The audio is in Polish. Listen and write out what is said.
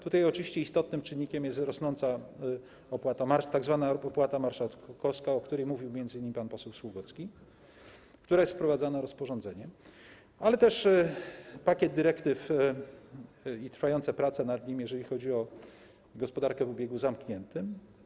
Tutaj oczywiście istotnym czynnikiem jest rosnąca tzw. opłata marszałkowska, o której mówił m.in. pan poseł Sługocki, która jest wprowadzana rozporządzeniem, ale też pakiet dyrektyw i trwające prace nad nimi, jeżeli chodzi o gospodarkę w obiegu zamkniętym.